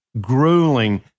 grueling